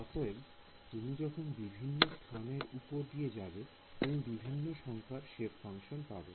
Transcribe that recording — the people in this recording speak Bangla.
অতএব তুমি যখন বিভিন্ন স্থানের উপর দিয়ে যাবে তুমি বিভিন্ন সংখ্যার সেপ ফাংশন পাবে